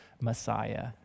Messiah